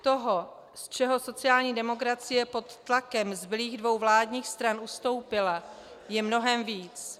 Toho, z čeho sociální demokracie pod tlakem zbylých dvou vládních stran ustoupila, je mnohem víc.